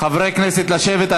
חברי הכנסת, לשבת.